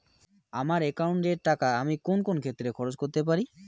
আমার একাউন্ট এর টাকা আমি কোন কোন ক্ষেত্রে খরচ করতে পারি?